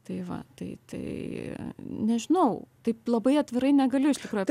tai va tai tai nežinau taip labai atvirai negaliu iš tikrųjų